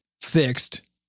fixed